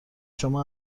شما